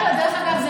דרך אגב,